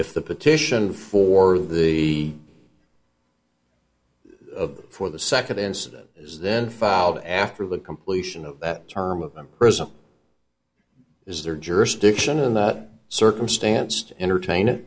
if the petition for the for the second incident is then filed after the completion of that term of prison is their jurisdiction in that circumstance to entertain